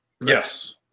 Yes